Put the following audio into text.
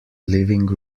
living